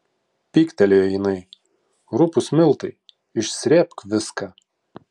pyktelėjo jinai rupūs miltai išsrėbk viską